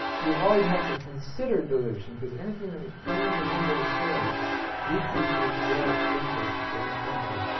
you always have to consider dilution, because anything that expands the number of shares decreases your interest in the company.